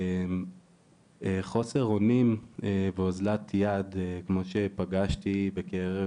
שחוסר אונים ואוזלת יד כמו שפגשתי בקרב